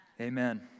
Amen